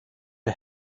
der